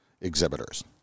exhibitors